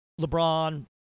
LeBron